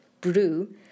brew